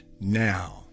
now